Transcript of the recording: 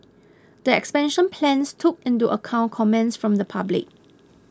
the expansion plans took into account comments from the public